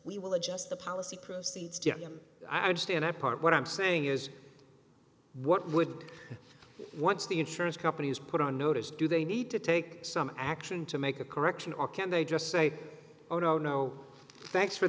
we will adjust the policy proceeds jim i understand i part what i'm saying is what would what is the insurance companies put on notice do they need to take some action to make a correction or can they just say oh no no thanks for